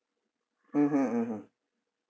mmhmm mmhmm